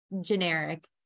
generic